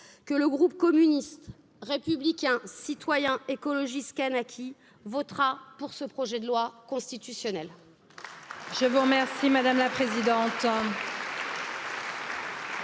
que le groupe communiste, républicain, citoyen écologiste kanakis votera pour ce projet de loi constitutionnel